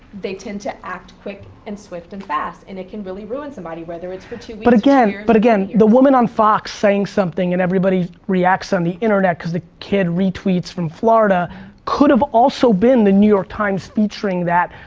they tend to act quick and swift and fast, and it can really ruin somebody, whether it's for two but weeks but again, the woman on fox saying something and everybody reacts on the internet because a kid retweets from florida could've also been the new york times featuring that.